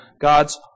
God's